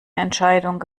entscheidung